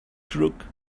crook